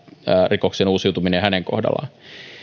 rikoksen uusiutuminen hänen kohdallaan